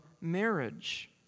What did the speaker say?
marriage